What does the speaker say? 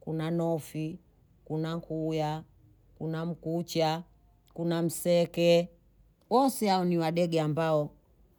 kuna nofi, kuna kulya, kuna mkucha, kuna mseke wosi hao ni wadege amabo